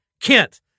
Kent